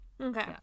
Okay